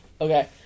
Okay